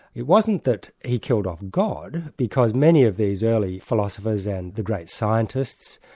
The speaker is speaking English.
it wasn't that he killed off god, because many of these early philosophers, and the great scientists,